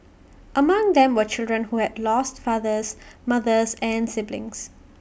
among them were children who had lost fathers mothers and siblings